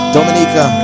Dominica